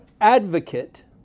advocate